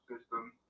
system